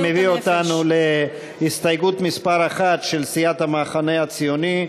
זה מביא אותנו להסתייגות מס' 1 של סיעת המחנה הציוני,